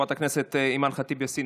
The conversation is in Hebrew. חברת הכנסת אימאן ח'טיב יאסין,